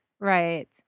right